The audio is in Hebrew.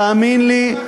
תאמין לי,